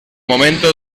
momento